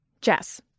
Jess